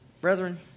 Brethren